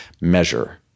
measure